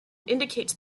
indicates